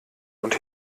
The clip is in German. und